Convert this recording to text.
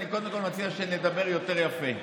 אני קודם כול מציע שנדבר יותר יפה.